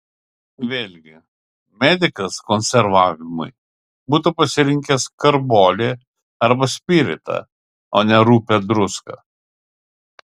vėlgi medikas konservavimui būtų pasirinkęs karbolį arba spiritą o ne rupią druską